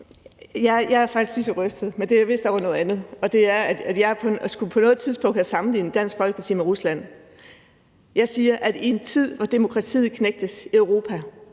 Jeg er faktisk lige så rystet, men det er vist over noget andet, og det er det med, at jeg på noget tidspunkt skulle have sammenlignet Dansk Folkeparti med Rusland. Jeg siger, at i en tid, hvor demokratiet knægtes i Europa,